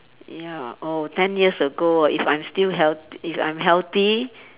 ya oh ten years ago if I'm still health~ if I'm healthy